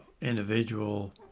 individual